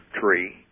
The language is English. tree